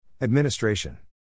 Administration